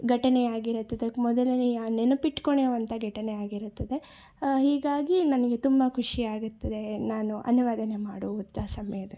ಘಟನೆ ಆಗಿರುತ್ತದು ಮೊದಲನೆಯ ನೆನಪಿಟ್ಕೊಳುವಂಥ ಘಟನೆ ಆಗಿರುತ್ತದೆ ಹೀಗಾಗಿ ನನಗೆ ತುಂಬ ಖುಷಿಯಾಗುತ್ತದೆ ನಾನು ಅನುವಾದ ಮಾಡುವಂಥಾ ಸಮಯದಲ್ಲಿ